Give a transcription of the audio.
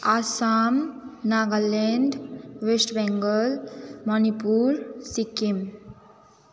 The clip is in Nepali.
आसाम नागाल्यान्ड वेस्ट बङ्गाल मणिपुर सिक्किम